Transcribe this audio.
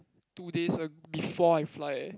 two days ag~ before I fly eh